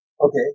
Okay